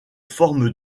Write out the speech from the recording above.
forme